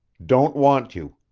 don't want you.